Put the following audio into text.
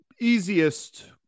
easiest